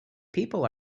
people